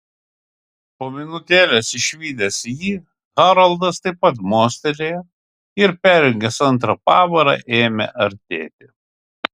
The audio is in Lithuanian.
po minutėlės išvydęs jį haroldas taip pat mostelėjo ir perjungęs antrą pavarą ėmė artėti